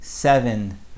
seven